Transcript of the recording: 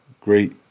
great